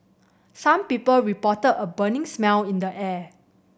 some people reported a burning smell in the air